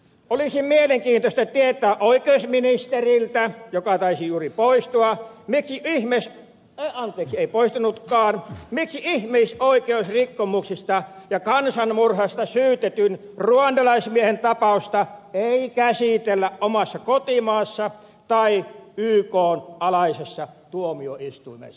olisi mielenkiintoista tietää oikeusministeriltä joka taisi juuri poistua anteeksi ei poistunutkaan miksi ihmisoikeusrikkomuksista ja kansanmurhasta syytetyn ruandalaismiehen tapausta ei käsitellä omassa kotimaassa tai ykn alaisessa tuomioistuimessa